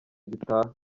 gitaha